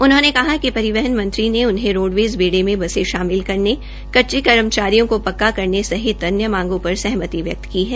उन्होंने कहा कि परिवहन मंत्री ने उन्हें रोडवेज बेड़े में बसे शामिल करने कच्चे कर्मचारियों को पक्का करने सहित अन्य मांगों पर सहमति व्यक्त की है